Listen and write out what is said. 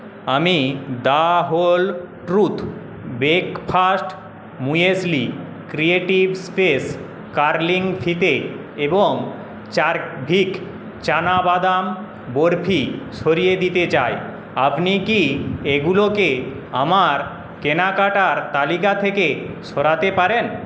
আমি the whole truth breakfast muesli creative space curling ফিতে এবং চারভিক চানা বাদাম বরফি সরিয়ে দিতে চাই আপনি কি এগুলোকে আমার কেনাকাটার তালিকা থেকে সরাতে পারেন